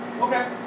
Okay